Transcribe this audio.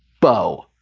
bow,